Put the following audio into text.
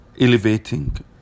Elevating